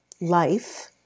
life